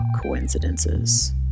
coincidences